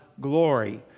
glory